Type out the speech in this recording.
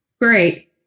Great